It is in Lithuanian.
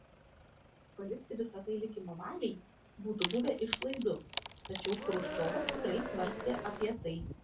palikti visa tai likimo valiai būtų buvę išlaidu tačiau chruščiovas tikrai svarstė apie tai